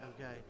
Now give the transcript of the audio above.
okay